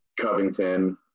Covington